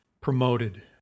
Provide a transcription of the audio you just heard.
promoted